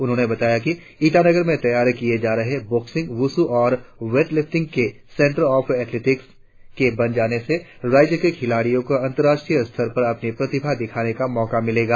उन्होंने बताया कि ईटानगर में तैयार किए जा रहे बॉक्सिंग वुशु और वेटलिफ्टिंग के सेंटर ऑफ एक्सीलेंस के बन जाने से राज्य के खिलाड़ीयों को अंतर्राष्ट्रीय स्तर पर अपनी प्रतिभा दिखाने का मौका मिलेगा